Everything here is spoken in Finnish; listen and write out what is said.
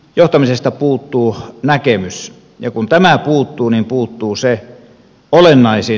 johtamisesta puuttuu näkemys ja kun tämä puuttuu niin puuttuu se olennaisin